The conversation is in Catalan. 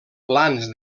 plans